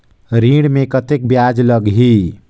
ऋण मे कतेक ब्याज लगही?